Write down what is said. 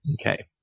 Okay